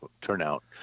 turnout